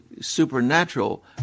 supernatural